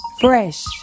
Fresh